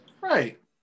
Right